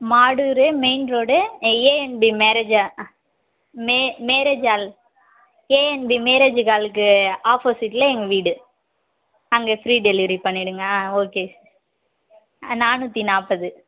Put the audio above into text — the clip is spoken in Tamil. Madur main road ANP marriage மே மேரேஜ் ஹால் ஏஎன்பி மேரேஜ் ஹாலுக்கு அப்போசிட்டில் எங்கள் வீடு அங்கே ஃப்ரீ டெலிவெரி பண்ணிவிடுங்க ஓகே நானுாற்றி நாற்பது